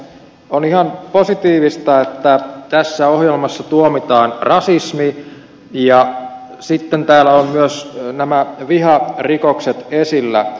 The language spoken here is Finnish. on ihan positiivista että tässä ohjelmassa tuomitaan rasismi ja sitten täällä ovat myös nämä viharikokset esillä